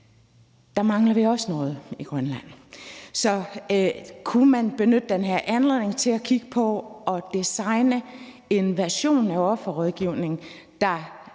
der mangler vi også noget i Grønland. Så kunne man benytte denne anledning til at kigge på og designe en version af offerrådgivningen, der